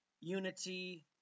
unity